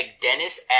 Dennis